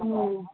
ம்